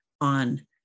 on